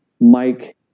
mike